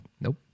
Nope